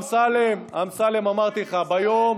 אמסלם, אמסלם, אמרתי לך: ביום